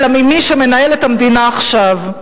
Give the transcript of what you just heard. אלא ממי שמנהל את המדינה עכשיו.